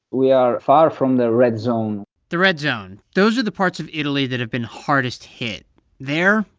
we are far from the red zone the red zone those are the parts of italy that have been hardest-hit. there,